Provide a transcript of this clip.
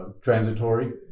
transitory